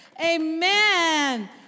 Amen